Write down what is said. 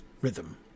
rhythm